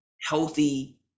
healthy